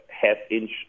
half-inch